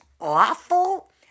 awful